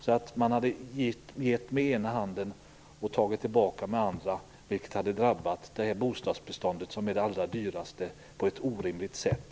Man skulle ha gett med ena handen och tagit tillbaka med den andra, vilket skulle ha drabbat detta det allra dyraste bostadsbeståndet på ett orimligt sätt.